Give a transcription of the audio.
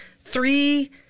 three